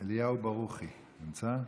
אליהו ברוכי, לא נמצא,